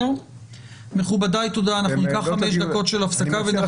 מכובדיי, תודה לכולם, הישיבה